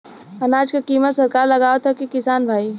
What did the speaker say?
अनाज क कीमत सरकार लगावत हैं कि किसान भाई?